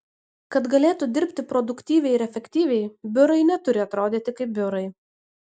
kad galėtų dirbti produktyviai ir efektyviai biurai neturi atrodyti kaip biurai